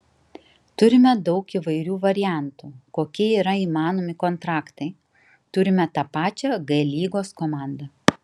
turime daug įvairių variantų kokie yra įmanomi kontraktai turime tą pačią g lygos komandą